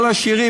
כל העשירים,